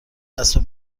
اسب